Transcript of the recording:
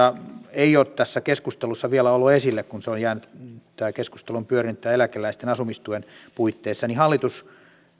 ei ole tässä keskustelussa vielä ollut esillä kun tämä keskustelu on pyörinyt tämän eläkeläisten asumistuen puitteissa hallitus